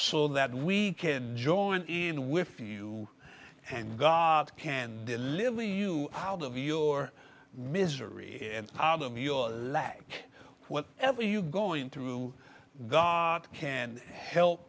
so that we can join in with you and god can deliver you out of your misery out of your lack what ever you going through god can help